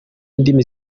indimi